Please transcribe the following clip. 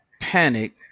panic